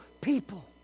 people